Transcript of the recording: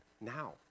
now